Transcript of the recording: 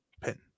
pin